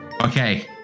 Okay